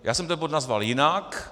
Já jsem ten bod nazval jinak.